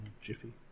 Jiffy